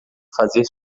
fazer